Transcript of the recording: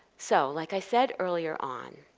so, like i said earlier on,